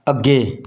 ਅੱਗੇ